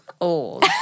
old